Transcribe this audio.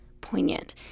poignant